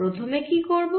প্রথমে কি করব